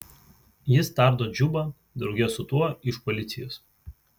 jis tardo džubą drauge su tuo iš policijos